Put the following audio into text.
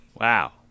Wow